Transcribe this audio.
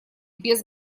без